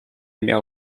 miał